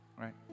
right